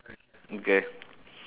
okay